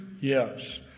yes